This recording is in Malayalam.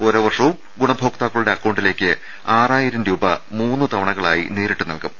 ഓരോ വർഷവും ഗുണഭോക്താക്കളുടെ അക്കൌ ണ്ടിലേക്ക് ആറായിരം രൂപ മുന്ന് തവണകളായി നേരിട്ട് നൽകും